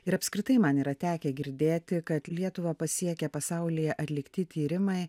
ir apskritai man yra tekę girdėti kad lietuvą pasiekia pasaulyje atlikti tyrimai